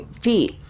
feet